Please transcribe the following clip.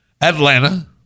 Atlanta